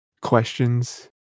questions